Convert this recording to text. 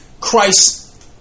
Christ